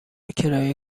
کرایه